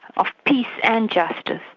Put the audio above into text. of peace and justice,